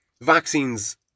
Vaccines